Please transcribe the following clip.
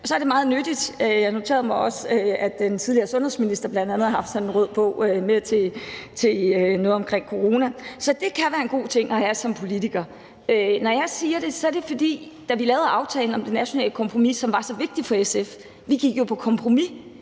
og så er det meget nyttigt. Jeg noterede mig også, at den tidligere sundhedsminister bl.a. har haft sådan en rød bog med til noget omkring corona, så det kan være en god ting at have som politiker. Når jeg siger det, er det, fordi finansieringen, da vi lavede aftalen om det nationale kompromis, som var så vigtig for SF – vi gik jo på kompromis,